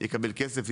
יקבל כסף,